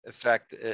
effect